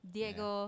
Diego